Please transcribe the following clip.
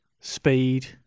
speed